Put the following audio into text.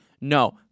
No